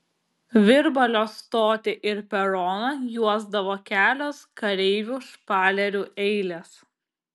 virbalio stotį ir peroną juosdavo kelios kareivių špalerių eilės